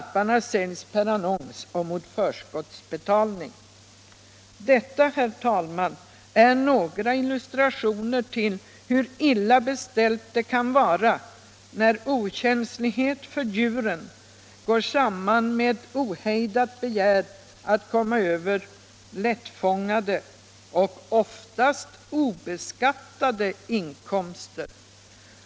—-- Detta, herr talman, är några illustrationer till hur illa beställt det kan vara när okänslighet för djuren går samman med ohejdat begär att komma över lättfångade och oftast obeskattade inkomster.